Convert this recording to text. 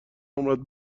عمرت